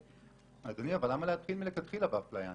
אדוני, אבל למה להתחיל מלכתחילה באפליה?